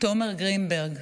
תומר גרינברג,